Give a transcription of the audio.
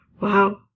Wow